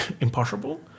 impossible